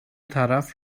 طرف